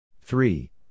three